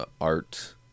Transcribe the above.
art